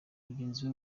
mugenzi